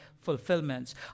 fulfillments